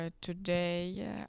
today